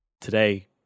Today